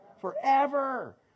Forever